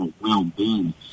well-being